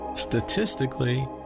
Statistically